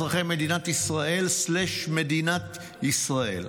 לביטחון אזרחי מדינת ישראל ומדינת ישראל.